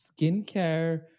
skincare